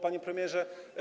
Panie Premierze!